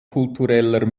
kultureller